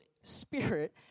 Spirit